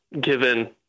given